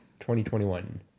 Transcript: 2021